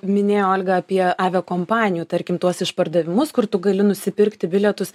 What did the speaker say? minėjo olga apie aviakompanijų tarkim tuos išpardavimus kur tu gali nusipirkti bilietus